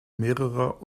mehrerer